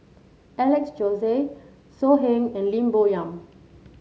Alex Josey So Heng and Lim Bo Yam